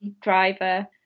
driver